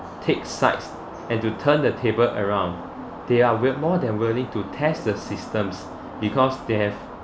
take sides and to turn the tables around they are were more than willing to test the systems because they have